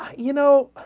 you know